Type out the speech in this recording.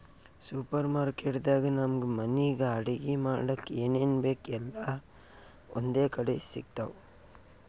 super market ದಾಗ್ ನಮ್ಗ್ ಮನಿಗ್ ಅಡಗಿ ಮಾಡಕ್ಕ್ ಏನೇನ್ ಬೇಕ್ ಎಲ್ಲಾ ಒಂದೇ ಕಡಿ ಸಿಗ್ತಾವ್